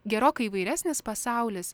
gerokai įvairesnis pasaulis